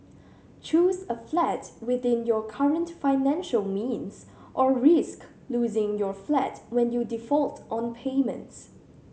choose a flat within your current financial means or risk losing your flat when you default on payments